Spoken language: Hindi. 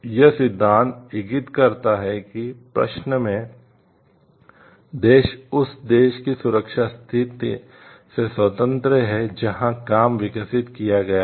यह सिद्धांत इंगित करता है कि प्रश्न में देश उस देश की सुरक्षा स्थिति से स्वतंत्र है जहां काम विकसित किया गया था